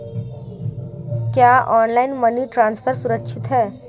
क्या online money transfer सुरक्षित है?